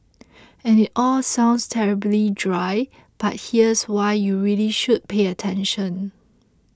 it all sounds terribly dry but here's why you really should pay attention